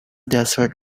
desert